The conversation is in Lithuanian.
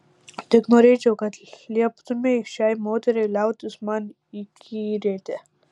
tik norėčiau kad lieptumei šiai moteriai liautis man įkyrėti